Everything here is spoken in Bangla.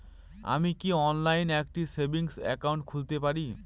আমি কি অনলাইন একটি সেভিংস একাউন্ট খুলতে পারি?